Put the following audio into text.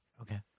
Okay